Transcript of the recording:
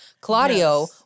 Claudio